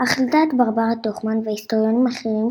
אך לדעת ברברה טוכמן והיסטוריונים אחרים,